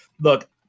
look